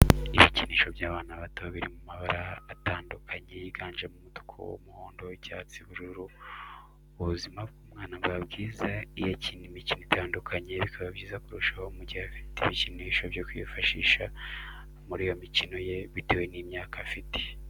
Ibikinisho by'abana bato biri mu mabara atandukanye yiganjemo umutuku, umuhondo, icyatsi, ubururu , ubuzima bw'umwana buba bwiza iyo akina imikino itandukanye, bikaba byiza kurushaho mu gihe afite ibikinisho byo kwifashisha muri iyo mikino ye bitewe n'imyaka afite.